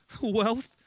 wealth